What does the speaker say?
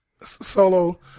solo